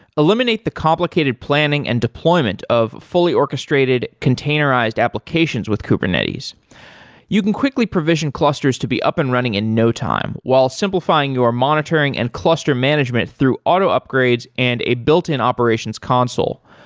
eliminate the complicated planning and deployment of fully orchestrated containerized applications with kubernetes you can quickly provision clusters to be up and running in no time, while simplifying your monitoring and cluster management through auto upgrades and a built-in operations console.